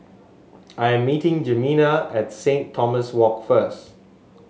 I'am meeting Jimena at Saint Thomas Walk first